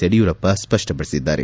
Yediyurappa ಸ್ಪಪ್ಟಪಡಿಸಿದ್ದಾರೆ